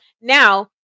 Now